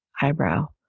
Eyebrow